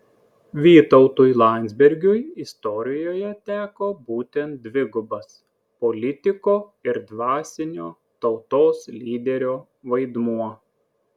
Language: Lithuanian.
vytautui landsbergiui istorijoje teko būtent dvigubas politiko ir dvasinio tautos lyderio vaidmuo